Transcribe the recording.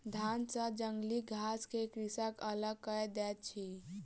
धान सॅ जंगली घास के कृषक अलग कय दैत अछि